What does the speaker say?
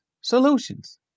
solutions